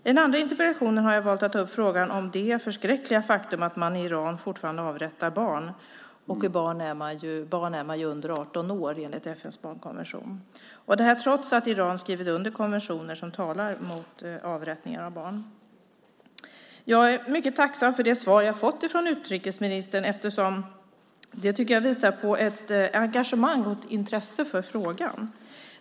I den andra interpellationen har jag valt att ta upp frågan om det förskräckliga faktum att man i Iran fortfarande avrättar barn - barn är man ju när man är under 18 år enligt FN:s barnkonvention - och detta trots att Iran har skrivit under konventioner som talar mot avrättning av barn. Jag är mycket tacksam för det svar jag fått av utrikesministern. Det visar på ett engagemang och ett intresse för frågan.